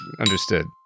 understood